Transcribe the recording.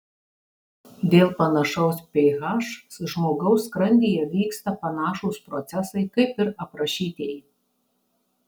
dėl panašaus ph žmogaus skrandyje vyksta panašūs procesai kaip ir aprašytieji